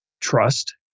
trust